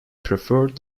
preferred